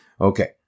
Okay